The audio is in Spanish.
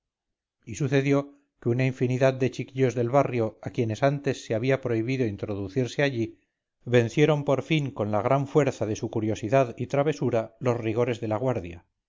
y sucedió que una infinidad de chiquillos del barrio a quienes antes se había prohibido introducirse allí vencieron por fin con la gran fuerza de su curiosidad y travesura los rigores de la guardia